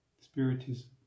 Spiritism